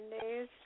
days